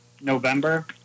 November –